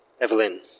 Evelyn